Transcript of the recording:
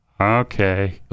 Okay